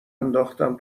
انداختم